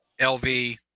LV